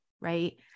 right